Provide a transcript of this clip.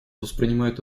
воспринимает